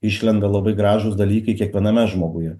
išlenda labai gražūs dalykai kiekviename žmoguje